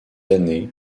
années